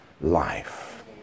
life